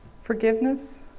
forgiveness